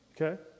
Okay